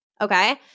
Okay